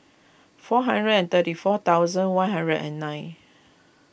four hundred and thirty four thousand one hundred and nine